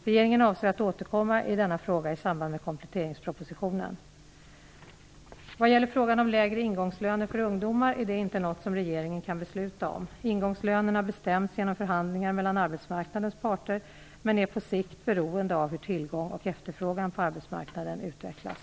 Regeringen avser att återkomma i denna fråga i samband med kompletteringspropositionen. ägre ingångslöner för ungdomar är inte något som regeringen kan besluta om. Ingångslönerna bestäms genom förhandlingar mellan arbetsmarknadens parter men är på sikt beroende av hur tillgång och efterfrågan på arbetsmarknaden utvecklas.